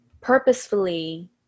purposefully